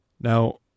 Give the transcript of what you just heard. Now